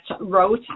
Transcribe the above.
wrote